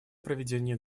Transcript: проведения